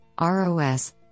ROS